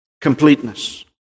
Completeness